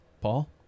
Paul